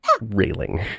railing